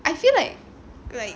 I feel like like